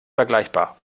vergleichbar